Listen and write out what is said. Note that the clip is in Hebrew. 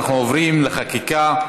אנחנו עוברים לחקיקה.